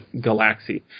Galaxy